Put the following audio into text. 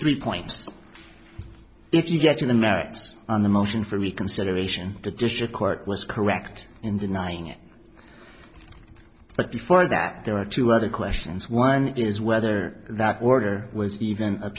three points if you get to the merits on the motion for reconsideration the district court was correct in denying it but before that there are two other questions one is whether that order was even a